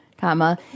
comma